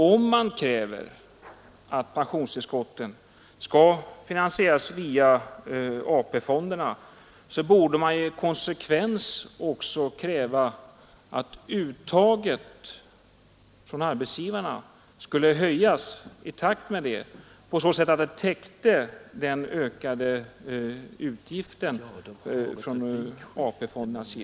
Om man kräver att pensionstillskotten skall finansieras via AP-fonderna så borde man i konsekvens därmed också kräva att uttaget från arbetsgivarna skulle höjas i takt med det så att uttaget täckte den ökade utgiften från AP-fonderna.